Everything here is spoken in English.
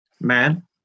man